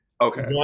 okay